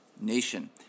Nation